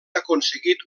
aconseguit